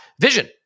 vision